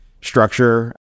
structure